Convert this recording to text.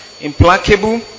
implacable